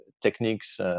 techniques